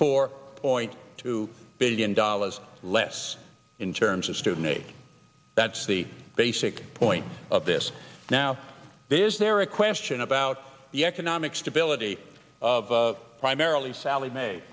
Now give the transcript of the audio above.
four point two billion dollars less in terms of student aid that's the basic point of this now is there a question about the economic stability of primarily sally ma